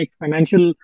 financial